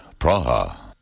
Praha